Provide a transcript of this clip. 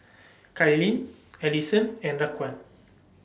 Kailyn Alyson and Raquan